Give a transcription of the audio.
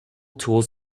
tools